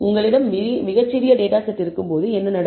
உங்களிடம் மிகச் சிறிய டேட்டா செட் இருக்கும் போது என்ன நடக்கும்